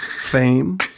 fame